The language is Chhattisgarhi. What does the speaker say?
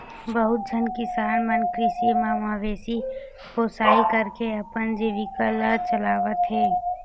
बहुत झन किसान मन कृषि म मवेशी पोसई करके अपन जीविका ल चलावत हे